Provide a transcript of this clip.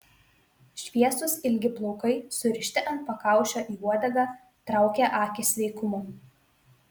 šviesūs ilgi plaukai surišti ant pakaušio į uodegą traukė akį sveikumu